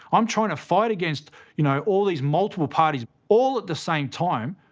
i'm trying to fight against you know all these multiple parties all at the same time,